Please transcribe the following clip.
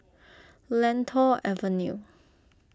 Lentor Avenue